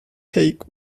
take